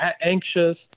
anxious